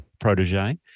protege